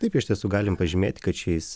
taip iš tiesų galim pažymėti kad šiais